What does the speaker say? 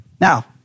Now